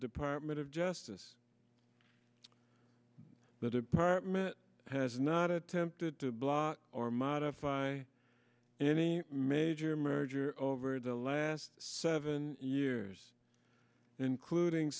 department of justice the department has not attempt to block or modify any major merger over the last seven years including